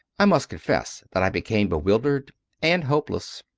i must confess that i became bewildered and hopeless.